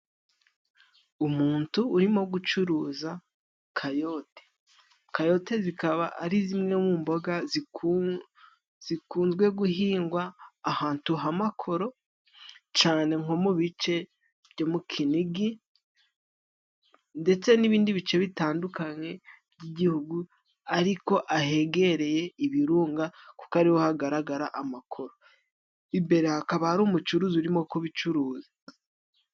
Umuntu urimo gucuruza kayote, kayote zikaba ari zimwe mu mboga zikunzwe guhingwa ahantu h'amakoro cane nko mu bice byo mu kinigi ndetse n'ibindi bice bitandukanye by'igihugu ariko ahegereye ibirunga kuko ari ho hagaragara amakoro, imbere hakaba hari umucuruzi urimo kubicuruza.